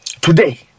today